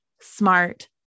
smart